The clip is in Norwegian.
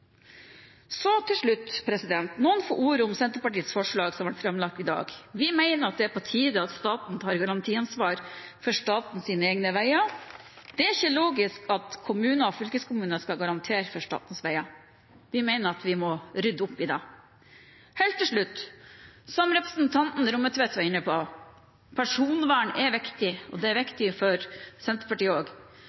Så til slutt noen få ord om Senterpartiets forslag, som ble framlagt i dag. Vi mener at det er på tide at staten tar garantiansvar for statens egne veier. Det er ikke logisk at kommuner og fylkeskommuner skal garantere for statens veier. Vi mener at vi må rydde opp i det. Helt til slutt: Som representanten Rommetveit var inne på, er personvern viktig. Det er viktig for Senterpartiet